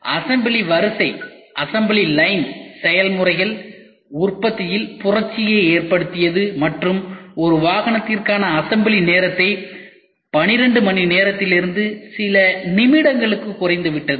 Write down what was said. assembly வரிசை செயல்முறைகள் உற்பத்தியில் புரட்சியை ஏற்படுத்தியது மற்றும் ஒரு வாகனத்திற்கான அசம்பிளி நேரத்தை 12 மணிநேரத்திலிருந்து சில நிமிடங்களுக்கு குறைத்துவிட்டது